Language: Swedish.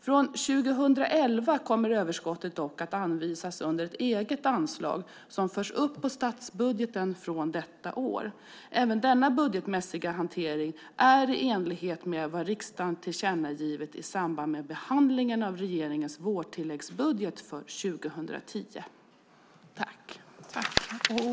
Från 2011 kommer överskottet dock att anvisas under ett eget anslag som förs upp på statsbudgeten från detta år. Även denna budgetmässiga hantering är i enlighet med vad riksdagen tillkännagivit i samband med behandlingen av regeringens vårtilläggsbudget för 2010 .